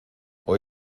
hoy